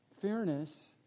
Fairness